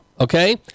Okay